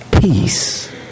Peace